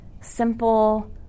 simple